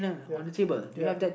ya ya